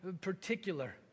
particular